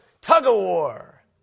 tug-of-war